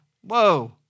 Whoa